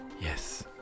Yes